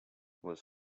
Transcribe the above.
was